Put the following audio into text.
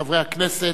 חברי הכנסת,